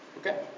Okay